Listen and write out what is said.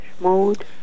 Mode